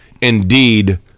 indeed